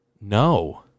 No